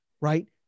right